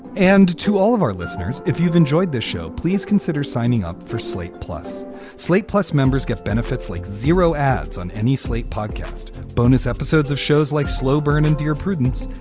and to all of our listeners, if you've enjoyed this show, please consider signing up for slate plus slate. plus, members get benefits like zero ads on any slate podcast bonus episodes of shows like slow burn and dear prudence.